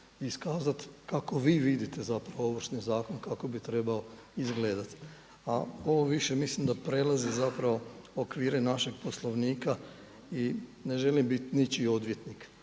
iskazati kako vi vidite Ovršni zakon kako bi trebao izgledati. A ovo više mislim da prelazi okvire našeg Poslovnika i ne želim biti ničiji odvjetnik,